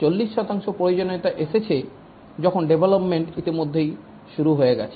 40 শতাংশ প্রয়োজনীয়তা এসেছে যখন ডেভলপমেন্ট ইতিমধ্যেই শুরু হয়ে গেছে